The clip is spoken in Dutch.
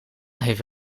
heeft